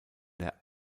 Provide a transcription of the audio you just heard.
der